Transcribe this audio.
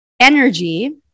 energy